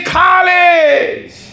college